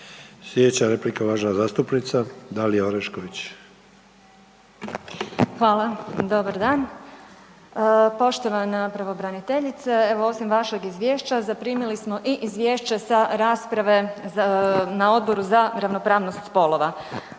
Dalija (Stranka s imenom i prezimenom)** Hvala, dobar dan. Poštovana pravobraniteljice, evo osim vašeg izvješća, zaprimili smo i izvješće sa rasprave na Odboru za ravnopravnost spolova.